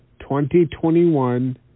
2021